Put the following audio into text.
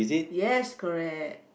yes correct